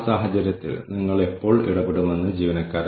നമ്മുടെ വ്യത്യസ്തമായ പ്രക്രിയകൾ എങ്ങനെ നിർവഹിക്കാം